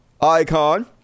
icon